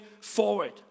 forward